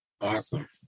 Awesome